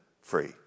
free